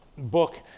book